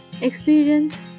experience